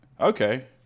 okay